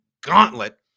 gauntlet